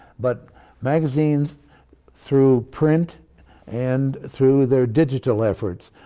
but magazines through print and through their digital efforts,